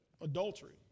adultery